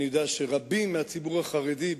אני יודע שרבים מהציבור החרדי,